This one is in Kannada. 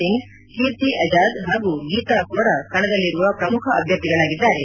ಸಿಂಗ್ ಕೀರ್ತಿ ಅಜಾದ್ ಹಾಗೂ ಗೀತಾ ಕೋರಾ ಕಣದಲ್ಲಿರುವ ಪ್ರಮುಖ ಅಭ್ಯರ್ಥಿಗಳಾಗಿದ್ದಾರೆ